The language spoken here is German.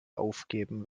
aufgeben